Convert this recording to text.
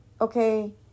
Okay